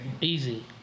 easy